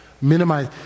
minimize